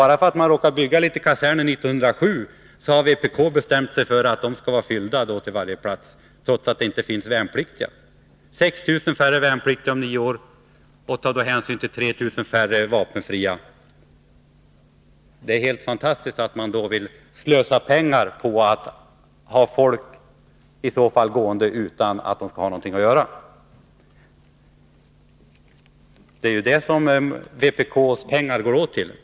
Bara för att man råkade bygga några kaserner 1907 har vpk bestämt sig för att dessa skall vara fyllda fullt ut, trots att det inte finns tillräckligt många värnpliktiga. 6 000 färre värnpliktiga om nio år och 3 000 färre vapenfria — det är helt fantastiskt att man i det läget vill slösa pengar genom att låta människor gå sysslolösa. Det är ju det som man i vpk är beredd att satsa pengar på.